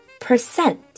percent